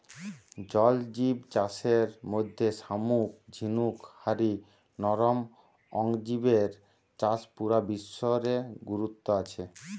জল জিব চাষের মধ্যে শামুক ঝিনুক হারি নরম অং জিবের চাষ পুরা বিশ্ব রে গুরুত্ব আছে